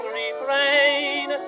refrain